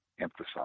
emphasize